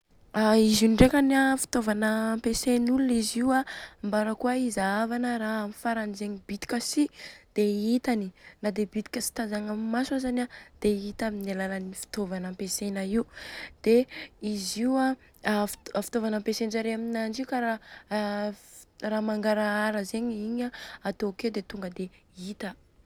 A izy io ndrekany an fitaovana ampiasain'olona izy io a. Mbarakôa izahavana raha am farany zegny bitika si dia itany. Na dia bitika amin'ny tsy tazagna i maso aza dia ita avy amin'ny alalan'ny fitaovana ampiasaina io. Dia izy io a fitôvana fitôvana ampiasainjareo aminanjy io kara raha mangarahara zegny dia tonga dia hita.